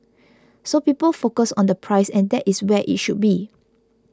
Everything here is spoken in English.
so people focus on the price and that is where it should be